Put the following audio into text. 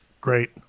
Great